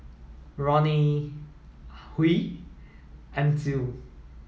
Ronnie Huy Ancil